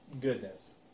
goodness